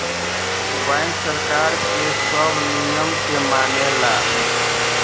bank सरकार के सब नियम के मानेला